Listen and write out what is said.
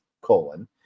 colon